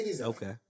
okay